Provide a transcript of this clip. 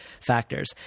factors